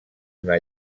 una